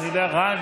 רם,